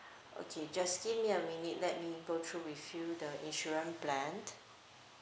okay just give me a minute let me go through with you the insurance plan